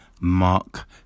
Mark